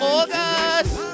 August